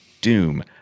Doom